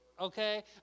okay